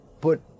put